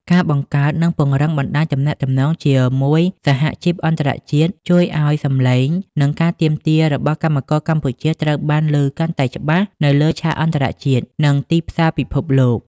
ការបង្កើត និងពង្រឹងបណ្តាញទំនាក់ទំនងជាមួយសហជីពអន្តរជាតិ ជួយឱ្យសំឡេង និងការទាមទាររបស់កម្មករកម្ពុជាត្រូវបានឮកាន់តែច្បាស់នៅលើឆាកអន្តរជាតិ និងទីផ្សារពិភពលោក។